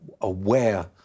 aware